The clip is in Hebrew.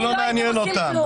זה לא מעניין אותן.